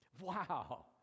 Wow